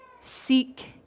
seek